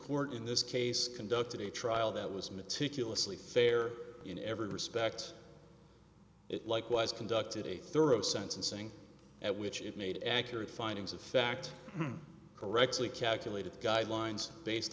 court in this case conducted a trial that was meticulously fair in every respect it likewise conducted a thorough sentencing at which it made accurate findings of fact correctly calculated guidelines based